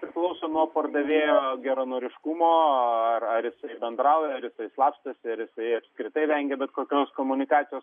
priklauso nuo pardavėjo geranoriškumo ar ar jisai bendrauja ar jisai slapstosi ar jisai apskritai vengia bet kokios komunikacijos